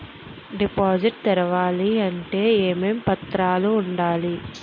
Deposit తెరవాలి అంటే ఏమేం పత్రాలు ఉండాలి?